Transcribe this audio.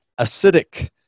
acidic